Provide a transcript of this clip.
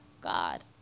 God